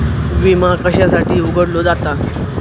विमा कशासाठी उघडलो जाता?